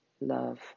Love